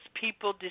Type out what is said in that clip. people